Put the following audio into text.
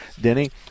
Denny